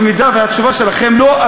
במידה שהתשובה שלכם לא,